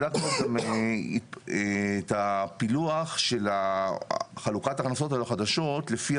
בדקנו את הפילוח של חלוקת ההכנסות החדשות לפי